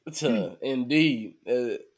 Indeed